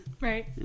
Right